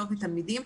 לא מתלמידים,